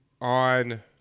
on